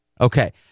Okay